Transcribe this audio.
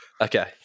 Okay